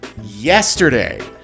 yesterday